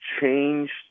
changed